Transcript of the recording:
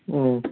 ꯑꯣ